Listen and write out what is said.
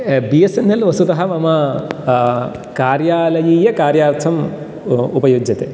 B S N L वस्तुतः मम कार्यालयीय कार्यार्थम् उपयुज्यते